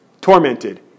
tormented